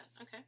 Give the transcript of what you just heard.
Okay